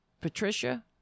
Patricia